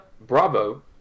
bravo